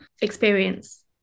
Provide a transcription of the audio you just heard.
experience